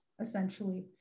essentially